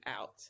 out